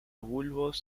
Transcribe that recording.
bulbos